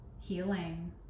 healing